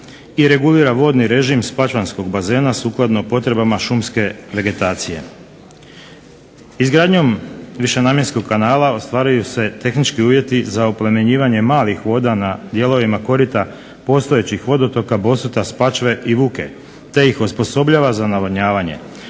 i regulira vodni režim spačvanskog bazena sukladno potrebama šumske vegetacije. Izgradnjom višenamjenskog kanala ostvaruju se tehnički uvjeti za oplemenjivanje malih voda na dijelovima korita postojećih vodotoka, Bosut, Spačve i Vuke, te ih osposobljava za navodnjavanje,